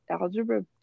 Algebra